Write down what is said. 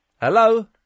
Hello